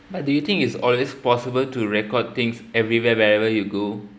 but do you think it's always possible to record things everywhere wherever you go